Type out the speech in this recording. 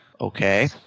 Okay